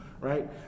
right